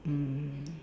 mm